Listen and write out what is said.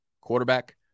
quarterback